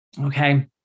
okay